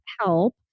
help